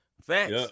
Facts